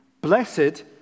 Blessed